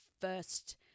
first